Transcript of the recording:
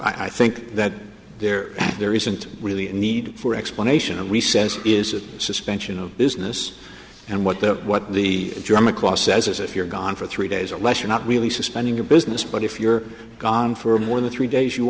think that there there isn't really a need for explanation and we says is a suspension of business and what the what the germ across says is if you're gone for three days or less you're not really suspending your business but if you're gone for more than three days you